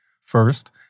First